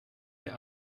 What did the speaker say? der